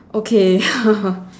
okay